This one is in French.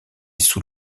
sous